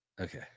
Okay